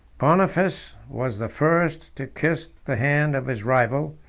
boniface was the first to kiss the hand of his rival,